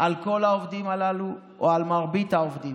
על כל העובדים הללו, או על מרבית העובדים,